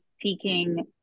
seeking